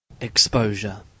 exposure